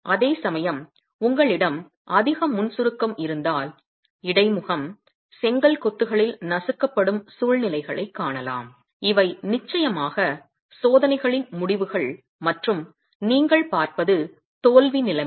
அதேசமயம் உங்களிடம் அதிக முன் சுருக்கம் இருந்தால் இடைமுகம் செங்கல் கொத்துகளில் நசுக்கப்படும் சூழ்நிலைகளைக் காணலாம் இவை நிச்சயமாக சோதனைகளின் முடிவுகள் மற்றும் நீங்கள் பார்ப்பது தோல்வி நிலைமைகள்